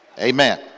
Amen